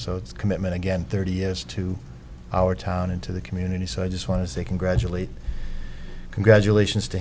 so it's commitment again thirty years to our town into the community so i just want to say congratulate congratulations to